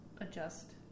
adjust